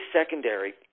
secondary